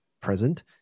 present